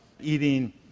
eating